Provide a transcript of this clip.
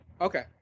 okay